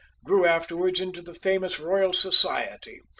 grew afterwards into the famous royal society,